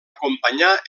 acompanyar